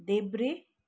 देब्रे